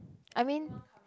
I mean